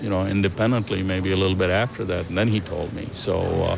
you know independently maybe a little bit after that and then he told me. so